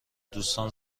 دوستان